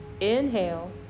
Inhale